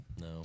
No